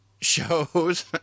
shows